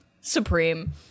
supreme